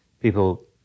People